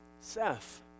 Seth